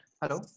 hello